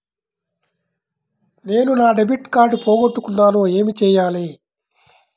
నేను నా debit card పోగొట్టుకున్నాను ఏమి చేయాలి?